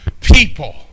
people